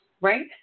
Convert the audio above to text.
right